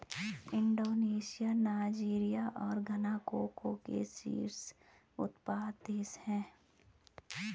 Indonesia Nigeria और Ghana cocoa के शीर्ष उत्पादक देश हैं